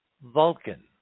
Vulcan